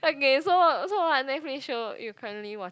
okay so what so what Netflix show you currently watching